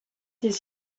des